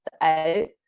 out